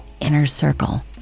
INNERCIRCLE